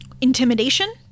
intimidation